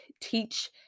teach